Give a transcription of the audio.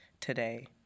today